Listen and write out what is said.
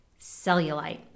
Cellulite